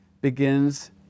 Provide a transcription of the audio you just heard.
begins